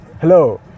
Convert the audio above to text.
hello